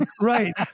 right